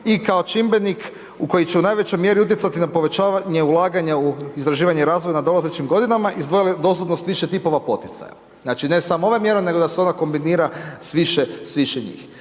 i kao čimbenik koji će u najvećoj mjeri utjecati na povećavanje ulaganja u istraživanje i razvoj u nadolazećim godinama izdvojilo je dostupnost više tipova poticaja. Znači ne samo ova mjera, nego da se ona kombinira sa više njih.